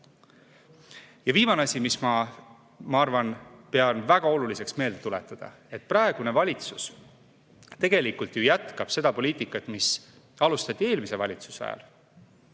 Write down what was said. teha? Viimane asi, mida ma pean väga oluliseks meelde tuletada. Praegune valitsus tegelikult ju jätkab seda poliitikat, mida alustati eelmise valitsuse ajal.